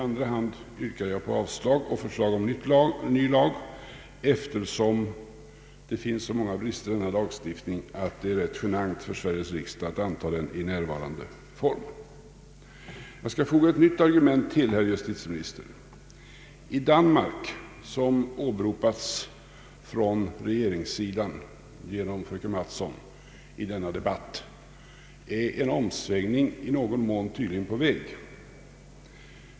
I andra hand yrkar jag avslag på propositionen och framläggande av förslag om ny lag, eftersom det finns så många brister i denna lagstiftning att det är rätt genant för Sveriges riksdag att anta den i nuvarande form. Jag skall, herr justitieminister, foga ett nytt argument till diskussionen. I Danmark, som i denna debatt har åberopats, är en omsvängning i någon mån tydligen på väg.